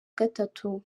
gatatu